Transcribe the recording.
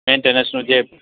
મેન્ટેનન્સનું જે